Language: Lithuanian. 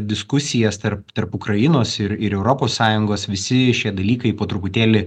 diskusijas tarp tarp ukrainos ir ir europos sąjungos visi šie dalykai po truputėlį